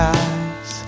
eyes